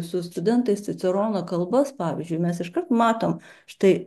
su studentais cicerono kalbas pavyzdžiui mes iškart matom štai